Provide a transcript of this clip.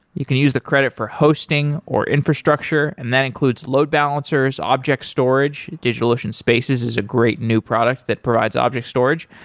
you can use the credit for hosting, or infrastructure, and that includes load balancers, object storage. digitalocean spaces is a great new product that provides object storage,